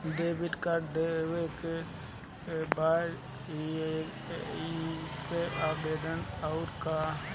Debit card लेवे के बा कइसे आवेदन करी अउर कहाँ?